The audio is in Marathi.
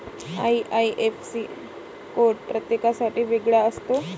आई.आई.एफ.सी कोड प्रत्येकासाठी वेगळा असतो